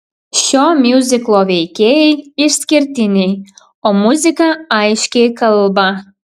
šio miuziklo veikėjai išskirtiniai o muzika aiškiai kalba